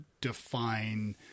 define